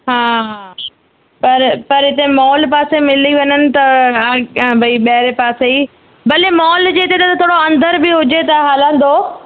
हा हा पर पर हिते मॉल पासे मिली वञनि त अॻियां भई ॿाहिरे पासे ई भले मॉल जे हिते त थोरो अंदरि बि हुजे त हलंदो